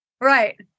Right